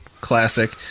Classic